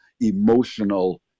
emotional